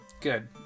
Good